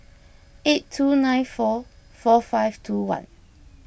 eight two nine four four five two one